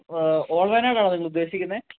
old വായനാടാണോ നിങ്ങൾ ഉദ്ദേശിക്കുന്നത്